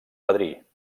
padrí